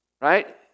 right